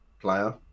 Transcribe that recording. player